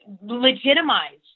Legitimize